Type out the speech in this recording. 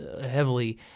heavily